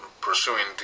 pursuing